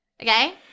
okay